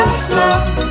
slow